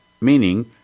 meaning